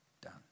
done